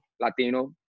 Latino